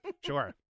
Sure